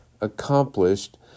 accomplished